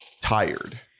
tired